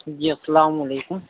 جی السّلام علیکم